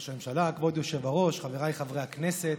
ראש הממשלה, כבוד היושב-ראש, חבריי חברי הכנסת,